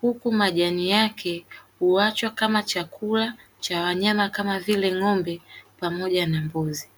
huku majani yake huachwa kama chakula cha wanyama kama vile ng'ombe pamoja na mbuzi.